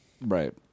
right